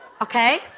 Okay